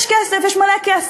יש כסף, יש מלא כסף.